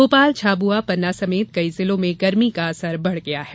भोपाल झाबुआ पन्ना समेत कई जिलों में गर्मी का आसर बढ़ गया है